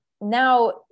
now